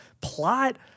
plot